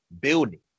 building